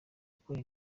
gukora